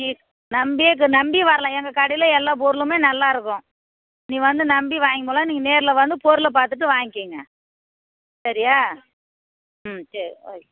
நீ நம்பிக் நம்பி வரலாம் எங்கள் கடையில் எல்லா பொருளுமே நல்லாயிருக்கும் நீ வந்து நம்பி வாங்கிட்டு போகலாம் நீங்கள் நேரில் வந்து பொருள பார்த்துட்டு வாங்கிங்க சரியா ம் செரி ஓகே